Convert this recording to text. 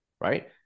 right